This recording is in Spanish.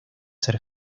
ser